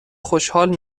خوشحال